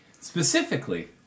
Specifically